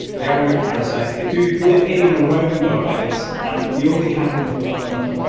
they are real parasites. they do live in and around our beds, and we only have them if we are unlucky.